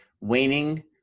waning